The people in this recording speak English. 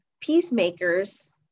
peacemakers